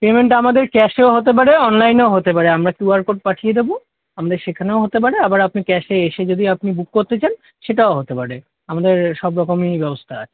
payment আমাদের ক্যাশেও হতে পারে অনলাইনেও হতে পারে আমরা কিউআর কোড পাঠিয়ে দেবো আমাদের সেখানেও হতে পারে আবার আপনি ক্যাশে এসে যদি আপনি বুক করতে চান সেটাও হতে পারে আমাদের সব রকমই ব্যবস্থা আছে